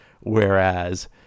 Whereas